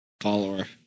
Follower